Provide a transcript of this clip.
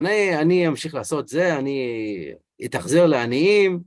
אני אמשיך לעשות את זה, אני אתאכזר לעניים.